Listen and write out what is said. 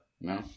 no